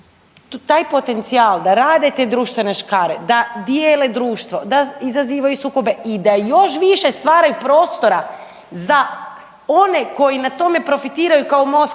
taj potencijal da rade te društvene škare, da dijele društvo, da izazivaju sukobe i da još više stvaraju prostora za one koji na tome profitiraju kao MOST